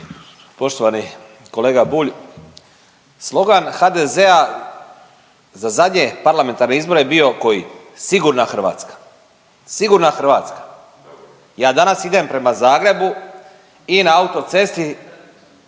Poštovani kolega Bulj, slogan HDZ-a za zadnje parlamentarne izbore je bio koji „Sigurna Hrvatska“, „Sigurna Hrvatska“. Ja danas idem prema Zagrebu i na autocesti